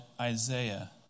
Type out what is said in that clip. Isaiah